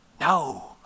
no